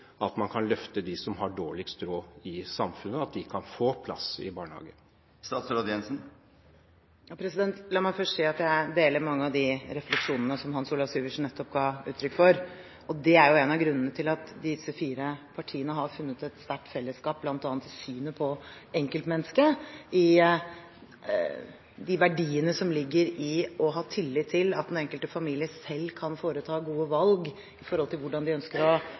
løfte dem som har dårligst råd i samfunnet? La meg først si at jeg deler mange av refleksjonene som Hans Olav Syversen nettopp ga uttrykk for. Det er jo én av grunnene til at disse fire partiene har funnet et sterkt fellesskap, bl.a. i synet på enkeltmennesket og i de verdiene som ligger i å ha tillit til at den enkelte familie selv kan foreta gode valg når det gjelder hvordan de ønsker å